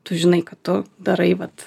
tu žinai kad tu darai vat